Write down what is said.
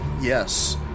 yes